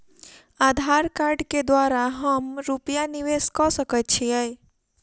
आधार कार्ड केँ द्वारा हम रूपया निवेश कऽ सकैत छीयै?